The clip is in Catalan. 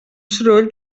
soroll